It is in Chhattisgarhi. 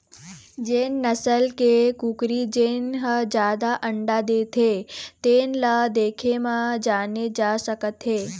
बने नसल के कुकरी जेन ह जादा अंडा देथे तेन ल देखे म जाने जा सकत हे